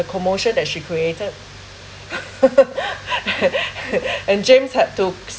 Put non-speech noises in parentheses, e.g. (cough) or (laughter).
the commotion that she created (laughs) (breath) and james had to